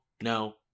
no